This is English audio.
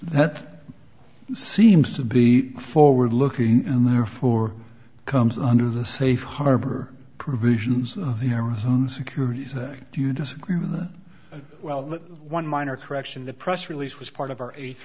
that seems to be forward looking and therefore comes under the safe harbor provisions of the arizona securities act do you disagree with that well that one minor correction the press release was part of our eight